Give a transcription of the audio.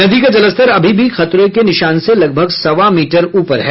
नदी का जलस्तर अभी भी खतरे के निशान से लगभग सवा मीटर ऊपर है